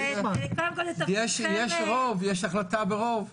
יש החלטה ברוב.